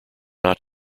not